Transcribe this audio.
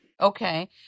Okay